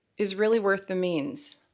is really worth the means.